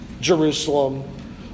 Jerusalem